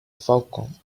falcon